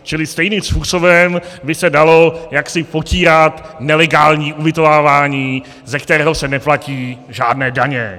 Čili stejným způsobem by se dalo jaksi potírat nelegální ubytovávání, ze kterého se neplatí žádné daně.